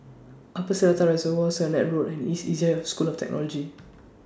Upper Seletar Reservoir Sennett Road and East Asia School of Technology